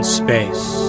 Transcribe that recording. space